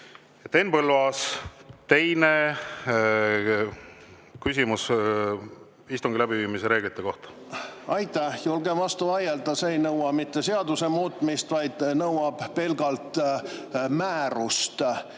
Henn Põlluaas, teine küsimus istungi läbiviimise reeglite kohta. Aitäh! Julgen vastu vaielda. See ei nõua mitte seaduse muutmist, vaid nõuab pelgalt määrust